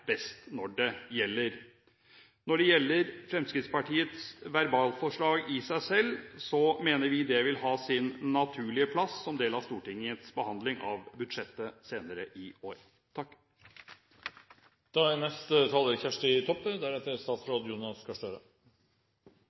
best når det gjelder. Når det gjelder Fremskrittspartiets verbalforslag i seg selv, mener vi det vil ha sin naturlige plass som en del av Stortingets behandling av budsjettet senere i år. Eg har ein kommentar til skulemat. Representanten Høie sa frå talarstolen at skulemat ikkje er